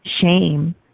Shame